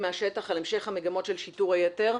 מהשטח על המשך המגמות של שיטור היתר.